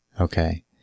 Okay